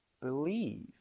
believe